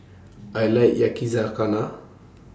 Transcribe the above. I like Yakizakana